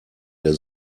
der